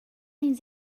ins